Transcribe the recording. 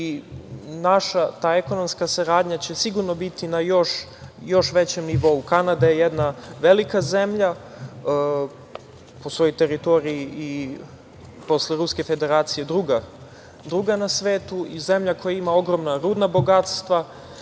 i naša ta ekonomska saradnja će sigurno biti na još većem nivou. Kanada je jedna velika zemlja po svojoj teritoriji i posle Ruske Federacije druga na svetu i zemlja koja ima ogromna rudna bogatstva,